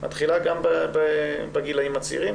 מתחילה גם בגילאים הצעירים.